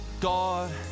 God